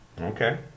Okay